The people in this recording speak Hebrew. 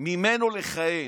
ממנו לכהן.